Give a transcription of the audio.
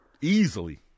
Easily